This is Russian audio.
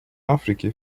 африки